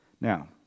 Now